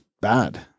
bad